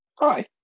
Hi